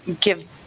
give